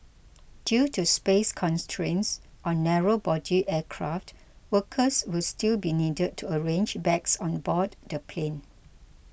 due to space constraints on narrow body aircraft workers will still be needed to arrange bags on board the plane